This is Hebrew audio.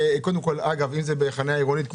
אגב, אם זה בחנייה עירונית,